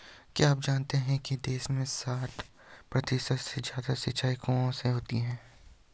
क्या आप जानते है देश में साठ प्रतिशत से ज़्यादा सिंचाई कुओं से होती है?